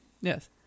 Yes